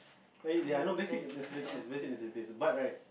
eh ya I know basic necessities basic necessities but right